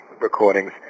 recordings